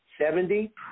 Seventy